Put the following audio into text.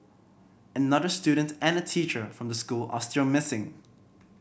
another student and a teacher from the school are still missing